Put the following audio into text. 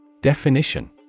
Definition